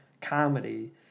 comedy